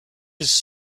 his